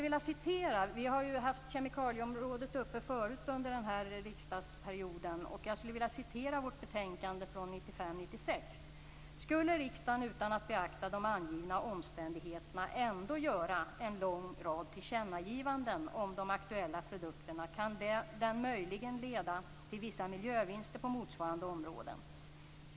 Vi har haft kemikalieområdet uppe till behandling förut under den här riksdagsperioden, och jag skulle vilja citera ur vårt betänkande från 1995/96: "Skulle riksdagen utan att beakta de angivna omständigheterna ändå göra en lång rad tillkännagivanden om de aktuella produkterna kan den möjligen leda till vissa miljövinster på motsvarande områden.